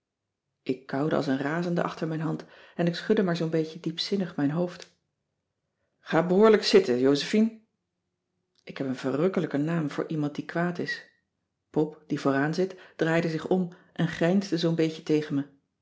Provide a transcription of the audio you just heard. ik kauwde als een razende achter mijn hand en ik schudde maar zoo'n beetje diepzinnig mijn hoofd ga behoorlijk zitten josephine ik heb een verrukkelijke naam voor iemand die kwaad is pop die vooraan zit draaide zich om en grijnsde zoo'n beetje tegen me